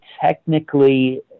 technically